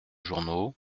journaux